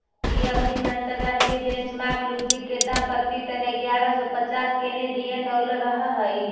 इ अवधि में अंतर्राष्ट्रीय बेंचमार्क लुगदी के दाम प्रति टन इग्यारह सौ पच्चास केनेडियन डॉलर रहऽ हई